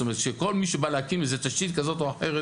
זאת אומרת שכל מי שבא להקים איזה תשתית כזאת או אחרת,